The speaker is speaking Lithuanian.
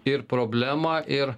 ir problemą ir